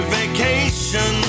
vacation